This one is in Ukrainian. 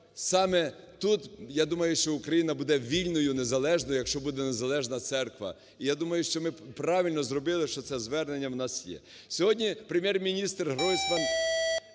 саме тут, я думаю, що Україна буде вільною, незалежною, якщо буде незалежна церква. Я думаю, що ми правильно зробили, що це звернення в нас є. Сьогодні Прем'єр-міністр Гройсман